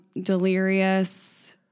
delirious